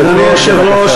אדוני היושב-ראש,